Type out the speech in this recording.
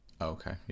Okay